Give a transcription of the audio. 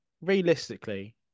realistically